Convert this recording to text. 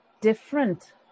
different